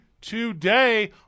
today